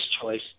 choice